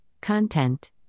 content